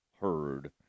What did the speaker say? heard